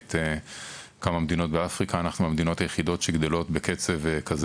למעט כמה מדינות באפריקה אנחנו אחת המדינות היחידות שגדלות מהיר.